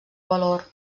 valor